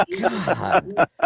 God